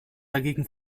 dagegen